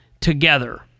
together